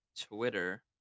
Twitter